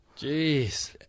Jeez